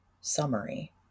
Summary